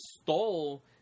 stole